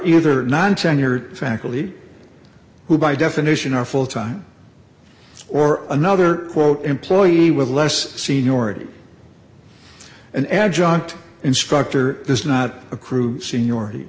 either non tenured faculty who by definition are full time or another quote employee with less seniority an adjunct instructor is not a crew seniority